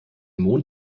mond